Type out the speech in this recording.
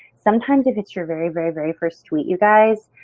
sometimes if it's your very, very, very first tweet you guys,